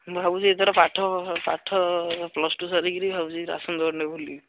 ମୁଁ ଭାବୁଛି ଏଥର ପାଠ ପାଠ ପ୍ଲସ୍ ଟୁ ସାରିକିରି ଭାବୁଛି ରାସନ୍ ଦୋକାନଟେ ଖୋଲିବି